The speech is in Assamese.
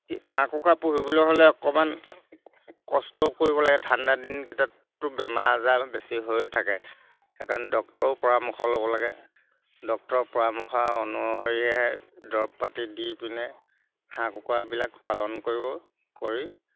হাঁহ কুকুৰা পুহিবলৈ হ'লে অকণমান কষ্ট কৰিব লাগে ঠাণ্ডাদিনকেইটাতটো বেমাৰ আজাৰ বেছি হৈয়ে থাকে সেইকাৰণে ডক্টৰৰো পৰামৰ্শ ল'ব লাগে ডক্তৰৰ পৰামৰ্শ অনুসৰিহে দৰৱ পাতি দি পিনে হাঁহ কুকুৰাবিলাক পালন কৰিব কৰি